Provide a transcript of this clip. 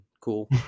cool